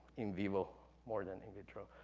in vivo more than in vitro.